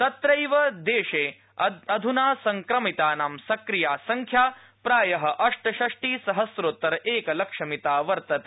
तत्रैव देशे संक्रमितानाम् सक्रिया संख्या प्राय अष्टषष्टि सहस्रोत्तर एकलक्ष मिता वर्तते